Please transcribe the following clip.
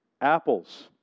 Apples